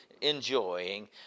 enjoying